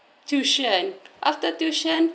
tuition after tuition